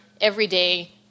everyday